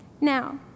Now